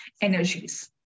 energies